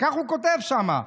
וכך הוא כותב שם,